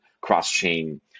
cross-chain